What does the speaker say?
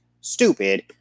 stupid